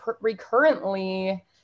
recurrently